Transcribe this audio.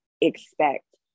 expect